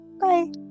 Bye